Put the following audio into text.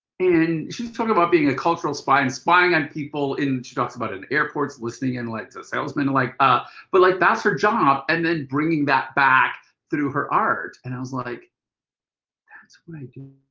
and she's talking about being a cultural spy and spying on people in, she talks about in airports. listening like to salesmen like. ah but like that's her job, and then bringing that back through her art. and i was like that's what i do.